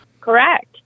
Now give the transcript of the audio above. Correct